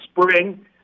spring